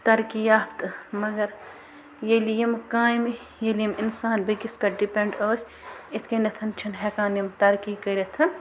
ترقی یافتہٕ مگر ییٚلہِ یِم کامہِ ییٚلہِ یِم اِنسان بیٚکِس پٮ۪ٹھ دِپینڈ ٲسۍ یِتھ کنٮ۪تھ چھِنہٕ ہیٚکان یِم ترقی کٔرِتھ